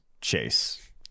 Chase